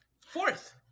Fourth